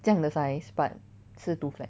这样的 size but 是 two flat